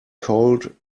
colt